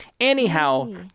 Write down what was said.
anyhow